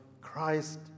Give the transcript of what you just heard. Christ